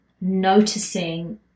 noticing